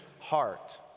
heart